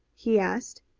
he asked.